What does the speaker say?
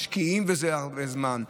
משקיעים בזה הרבה זמן,